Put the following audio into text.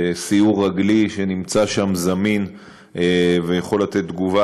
סיור רגלי שנמצא שם זמין ויכול לתת תגובה